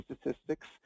statistics